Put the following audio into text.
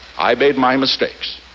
i made my mistakes.